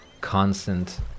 constant